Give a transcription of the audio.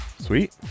Sweet